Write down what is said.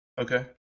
okay